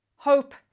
Hope